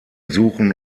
suchen